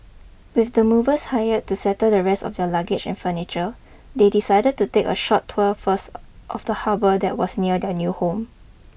with the movers hired to settle the rest of their luggage and furniture they decided to take a short tour first of the harbour that was near their new home